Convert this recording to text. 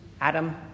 Adam